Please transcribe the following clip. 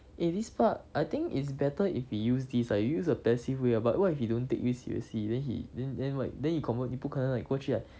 eh this part I think it's better if we use this ah you use a passive way ah but what if he don't take you seriously then he then then what then he confirm 你不可能 like 过去 like